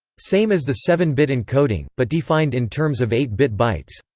same as the seven bit encoding, but defined in terms of eight bit bytes.